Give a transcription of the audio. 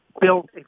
built